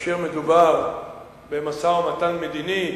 כאשר מדובר במשא-ומתן מדיני.